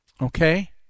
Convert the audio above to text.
okay